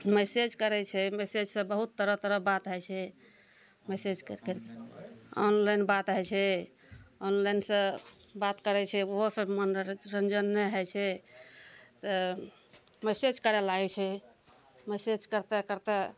message करै छै message सऽ बहुत तरह तरह बात हय छै मैसेज कइर के ऑनलाइन बात हय छै ऑनलाइन सऽ बात करै छै ओहो सब मनोरंजन नै होय छै तऽ मैसेज करै लागै छै मैसेज करते करते